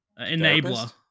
enabler